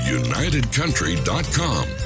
unitedcountry.com